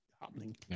happening